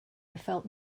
felt